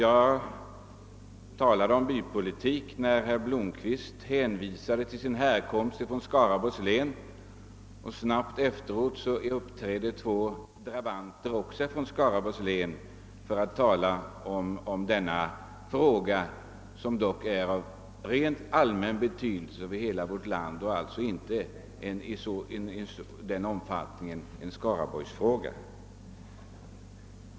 Jag talade om bypolitik, när herr Blomkvist hänvisade till sin härkomst från Skaraborgs län och det strax därefter uppträdde ytterligare två drabanter från Skaraborgs län för att tala i denna fråga, som dock är av betydelse för hela vårt land och alltså inte av den arten att den kan betraktas som en skaraborgsfråga.